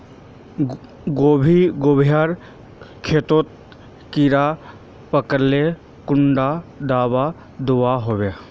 गोभी गोभिर खेतोत कीड़ा पकरिले कुंडा दाबा दुआहोबे?